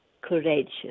courageous